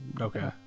Okay